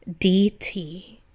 DT